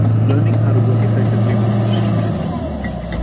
um learning how to work effectively with distributed teams.